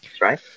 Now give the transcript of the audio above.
right